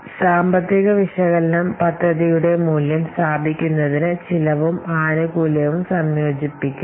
ഈ സാമ്പത്തിക വിശകലനം പദ്ധതിയുടെ മൂല്യം സ്ഥാപിക്കുന്നതിന് ചെലവും ആനുകൂല്യ ഡാറ്റയും സംയോജിപ്പിക്കുന്നു